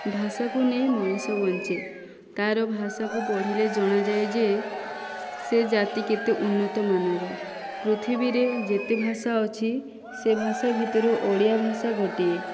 ଭାଷାକୁ ନେଇ ମଣିଷ ବଞ୍ଚେ ତା'ର ଭାଷାକୁ ପଢ଼ିଲେ ଜଣାଯାଏ ଯେ ସେ ଜାତି କେତେ ଉନ୍ନତମାନର ପୃଥିବୀରେ ଯେତେ ଭାଷା ଅଛି ସେ ଭାଷା ଭିତରୁ ଓଡ଼ିଆ ଭାଷା ଗୋଟିଏ